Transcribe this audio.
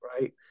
right